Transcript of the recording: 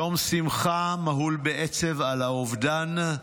יום שמחה, מהול בעצב על האובדן.